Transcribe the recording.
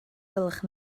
gwelwch